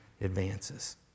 advances